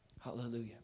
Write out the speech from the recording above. Hallelujah